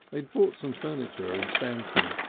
they had bought some furniture in stamton,